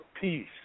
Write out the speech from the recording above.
peace